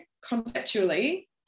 conceptually